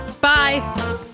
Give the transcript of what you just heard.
Bye